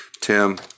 Tim